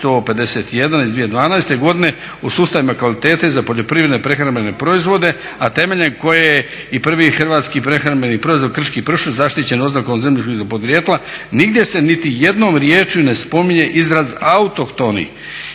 u sustavima kvalitete za poljoprivredne, prehrambene proizvode, a temeljem koje je i prvi hrvatski prehrambeni proizvod krški pršut zaštićen oznakom zemljopisnog podrijetla, nigdje se niti jednom riječju ne spominje izraz autohtoni.